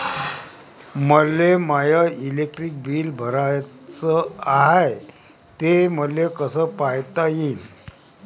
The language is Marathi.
मले माय इलेक्ट्रिक बिल भराचं हाय, ते मले कस पायता येईन?